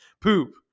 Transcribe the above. Poop